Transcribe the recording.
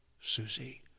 Susie